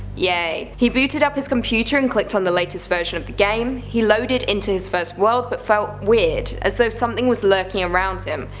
yay! he booted up his computer and clicked on the latest version of the game. he loaded into his first world but felt weird. as though something was lurking around him.